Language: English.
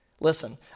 Listen